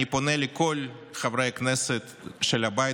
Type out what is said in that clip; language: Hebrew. אני פונה לכל חברי הכנסת של הבית,